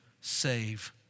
save